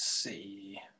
see